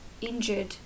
injured